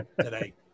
today